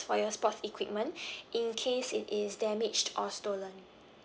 for your sports equipment in case it is damaged or stolen